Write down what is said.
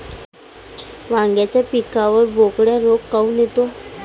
वांग्याच्या पिकावर बोकड्या रोग काऊन येतो?